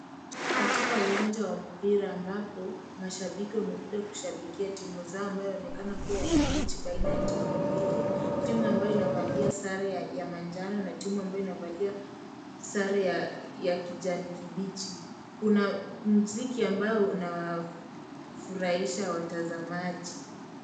Katika uwanja wa mpira ambapo, mashabiki wamekuja kushabikia timu zao ambayo yaonekana kuwa yanamechi baina ya timu mbili, timu ambayo inavalia sare ya manjano na timu ambayo inavalia sare ya kijani kibichi. Kuna mziki ambayo unafuraisha watazamaji.